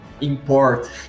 import